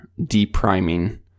depriming